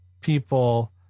people